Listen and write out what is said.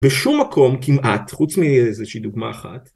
בשום מקום כמעט חוץ מאיזה שהיא דוגמה אחת.